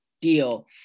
deal